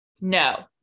no